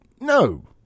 No